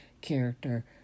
character